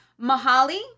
Mahali